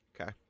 okay